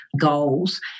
goals